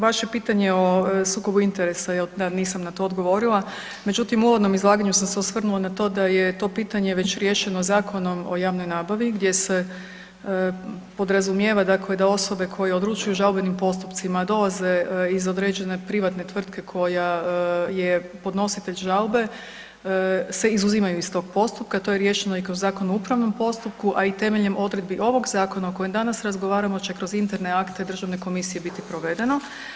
Vaše pitanje o sukobu interesa jel, da nisam na to odgovorila, međutim u uvodnom izlaganju sam se osvrnula na to da je to pitanje već riješeno Zakonom o javnoj nabavi gdje se podrazumijeva da osobe koje odlučuju o žalbenim postupcima dolaze iz određene privatne tvrtke koja je podnositelj žalbe se izuzimaju iz tog postupka, to je riješeno i kroz Zakon o upravnom postupku, a i temeljem odredbi ovog zakona o kojem danas razgovaramo će kroz interne akte državne komisije biti provedeno.